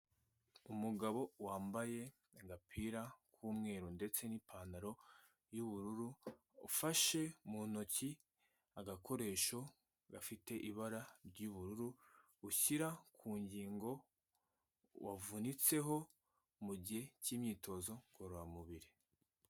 Umugabo wambaye agapira k'umweru ndetse n'ipantaro y'ubururu, ufashe mu ntoki agakoresho gafite ibara ry'ubururu ushyira ku ngingo wavunitseho mu gihe cy'imyitozo ngororamubiri.